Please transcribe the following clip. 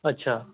अच्छा